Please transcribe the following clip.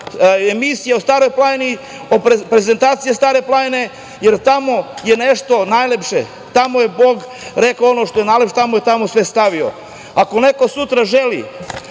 emisija o Staroj planini, prezentacija Stare planine, jer tamo je nešto najlepše, tamo je Bog rekao ono što je najlepše i tamo je sve stavio. Ako neko sutra želi